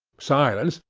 silence,